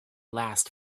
last